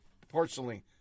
proportionally